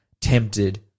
tempted